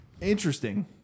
Interesting